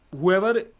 whoever